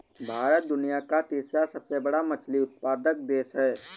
भारत दुनिया का तीसरा सबसे बड़ा मछली उत्पादक देश है